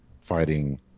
fighting